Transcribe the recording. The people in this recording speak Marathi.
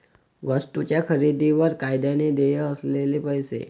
वस्तूंच्या खरेदीवर कायद्याने देय असलेले पैसे